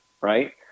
right